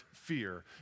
fear